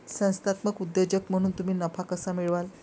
संस्थात्मक उद्योजक म्हणून तुम्ही नफा कसा मिळवाल?